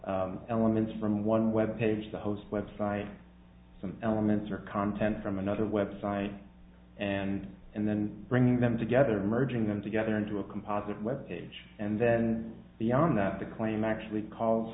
have elements from one web page the host web site some elements or content from another website and and then bringing them together merging them together into a composite web page and then beyond that the claim actually calls